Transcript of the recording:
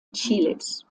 chiles